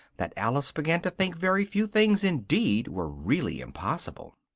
that alice began to think very few things indeed were really impossible.